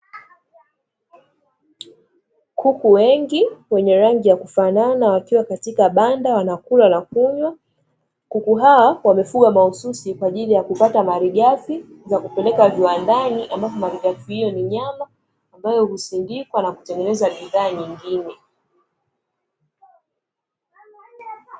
Kuku wengi wenye rangi ya kufanana wakiwa katika banda wanakula na kunywa. Kuku hawa wamefugwa mahususi kwa ajili ya kupata malighafi za kupeleka viwandani ambapo malighafi hiyo ni nyama ambayo husindikwa na kutengeneza bidhaa nyingine.